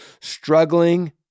struggling